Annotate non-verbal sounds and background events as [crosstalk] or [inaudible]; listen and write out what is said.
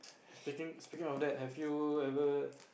[noise] speak speaking of that have you ever